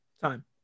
time